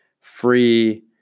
free